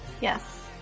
Yes